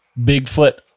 Bigfoot